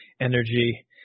energy